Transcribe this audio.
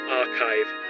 archive